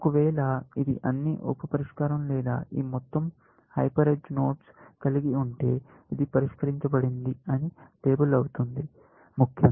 ఒకవేళ ఇది అన్ని ఉప పరిష్కారం లేదా ఈ మొత్తం హైపర్ ఎడ్జ్ నోడ్స్ కలిగి ఉంటే ఇది పరిష్కరించబడింది అని లేబుల్ అవుతుంది ముఖ్యంగా